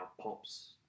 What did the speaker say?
Pops